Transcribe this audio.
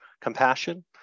compassion